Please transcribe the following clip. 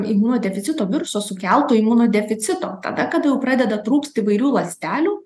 imunodeficito viruso sukelto imunodeficito tada kada jau pradeda trūkt įvairių ląstelių